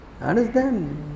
Understand